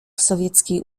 sowieckiej